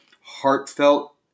heartfelt